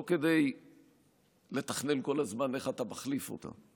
לא כדי לתכנן כל הזמן איך אתה מחליף אותה.